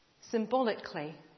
Symbolically